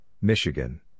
Michigan